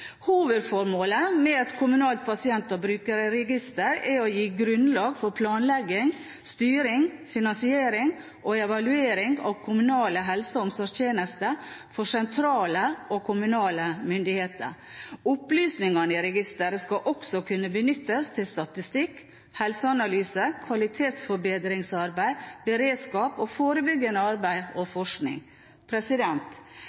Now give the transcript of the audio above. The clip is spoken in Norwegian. Hovedformålet med et kommunalt pasient- og brukerregister er å gi grunnlag for planlegging, styring, finansiering og evaluering av kommunale helse- og omsorgstjenester for sentrale og kommunale myndigheter. Opplysningene i registeret skal også kunne benyttes til statistikk, helseanalyser, kvalitetsforbedringsarbeid, beredskap, forebyggende arbeid og